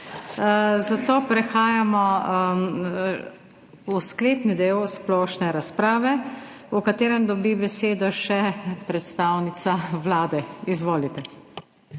zato prehajamo v sklepni del splošne razprave, v katerem dobi besedo še predstavnica Vlade. Izvolite.